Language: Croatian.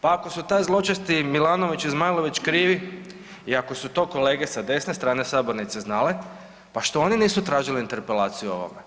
Pa ako su taj zločasti Milanović i Zmajlović krivi i ako su to kolege sa desne strane sabornice znale, pa što oni nisu tražili interpelaciju o ovome?